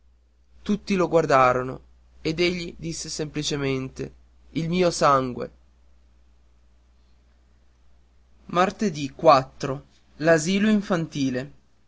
tutti lo guardarono ed egli disse semplicemente il mio sangue l'asilo infantile